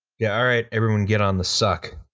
yeah. ah, alright, everyone get on the succ.